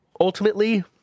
ultimately